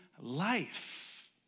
life